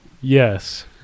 Yes